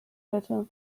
bitte